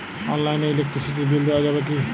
অনলাইনে ইলেকট্রিসিটির বিল দেওয়া যাবে কিভাবে?